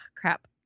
crap